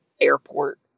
airport